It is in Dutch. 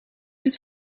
het